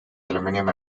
aluminium